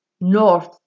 North